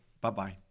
Bye-bye